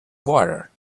water